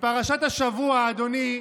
בפרשת השבוע, אדוני,